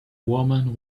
woman